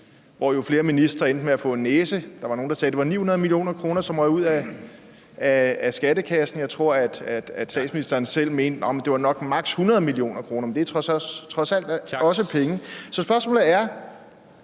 hvor flere ministre jo endte med at få en næse. Der var nogle, der sagde, at det var 900 mio. kr., der røg ud af skattekassen. Jeg tror, at statsministeren selv mener, at det maks. var 100 mio. kr., men det er trods alt også penge. Så spørgsmålet er: